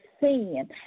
sin